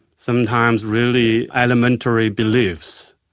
sometimes really elementary beliefs.